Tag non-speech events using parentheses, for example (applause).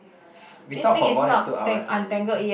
(breath) we talk for more than two hours already